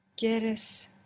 ¿Quieres